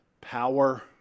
power